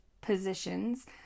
positions